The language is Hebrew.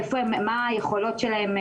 מה היכולות שלהם,